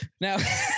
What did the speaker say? Now